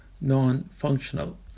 non-functional